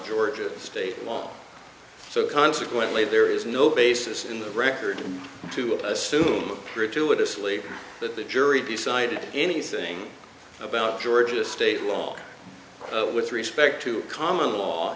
georgia state law so consequently there is no basis in the record to assume a privilege to sleep that the jury decided anything about georgia state law with respect to common law